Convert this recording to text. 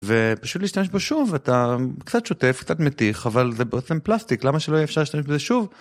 ופשוט להשתמש בו שוב ואתה קצת שוטף קצת מתיך אבל זה בעצם פלסטיק למה שלא יהיה אפשר להשתמש בזה שוב.